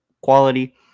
quality